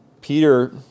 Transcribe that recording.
Peter